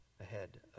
ahead